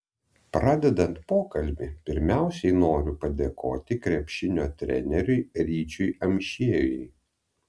pradedant pokalbį pirmiausiai noriu padėkoti krepšinio treneriui ryčiui amšiejui